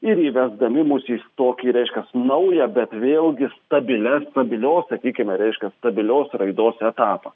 ir įvesdami mus į s tokį reiškias nauja bet vėlgi stabilias stabilios sakykime reiškia stabilios raidos etapą